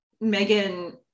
Megan